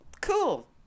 cool